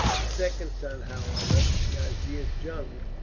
the second son, however, nazir jung,